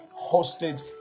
Hostage